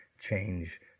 change